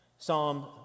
Psalm